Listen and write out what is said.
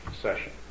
session